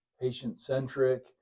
patient-centric